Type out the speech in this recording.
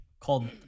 called